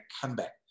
comeback